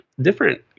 different